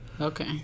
Okay